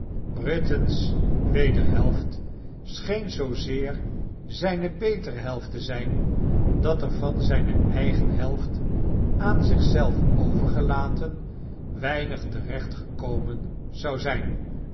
britain's wederhelft seheen zoo zeer zijne betene helft te zijn dat er van zijne eigen helft aan zich zelf overgedaten weinig terechtgeikomen zou zijn